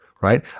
right